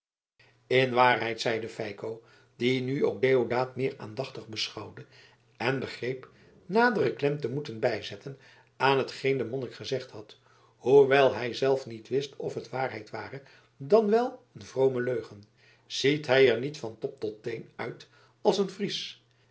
in waarheid zeide feiko die nu ook deodaat meer aandachtig beschouwde en begreep nadere klem te moeten bijzetten aan hetgeen de monnik gezegd had hoewel hij zelf niet wist of het waarheid ware dan wel een vrome leugen ziet hij er niet van top tot teen uit als een fries